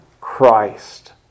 Christ